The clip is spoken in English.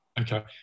Okay